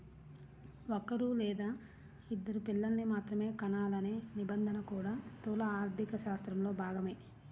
ఒక్కరూ లేదా ఇద్దరు పిల్లల్ని మాత్రమే కనాలనే నిబంధన కూడా స్థూల ఆర్థికశాస్త్రంలో భాగమే